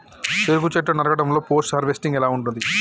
చెరుకు చెట్లు నరకడం లో పోస్ట్ హార్వెస్టింగ్ ఎలా ఉంటది?